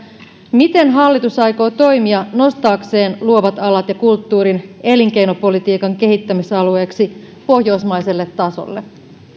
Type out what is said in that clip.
miten hallitus aikoo toimia nostaakseen luovat alat ja kulttuurin elinkeinopolitiikan kehittämisalueeksi pohjoismaiselle tasolle